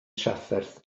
trafferth